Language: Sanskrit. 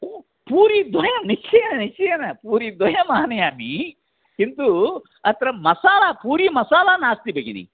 हो पूरीद्वयं निश्चयेन निश्चयेन पूरीद्वयम् आनयामि किन्तु अत्र मसाला पूरी मसाला नास्ति भगिनि